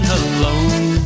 alone